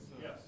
Yes